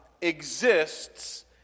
exists